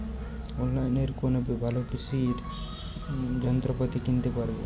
অনলাইনের কোন অ্যাপে ভালো কৃষির যন্ত্রপাতি কিনতে পারবো?